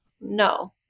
No